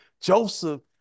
Joseph